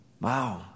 Wow